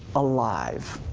alive,